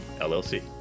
llc